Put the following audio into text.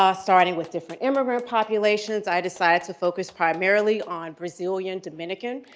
ah starting with different immigrant populations. i decided to focus primarily on brazilian, dominican,